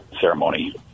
ceremony